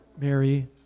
Mary